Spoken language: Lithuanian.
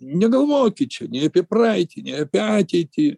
negalvokit čia nei apie praeitį nei apie ateitį